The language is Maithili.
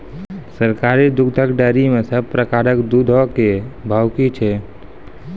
सरकारी दुग्धक डेयरी मे सब प्रकारक दूधक भाव की छै?